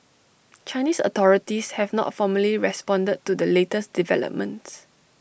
Chinese authorities have not formally responded to the latest developments